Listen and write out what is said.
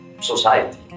society